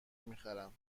میخرم